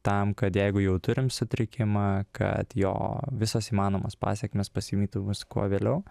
tam kad jeigu jau turim sutrikimą kad jo visos įmanomos pasekmės pasivytų mus kuo vėliau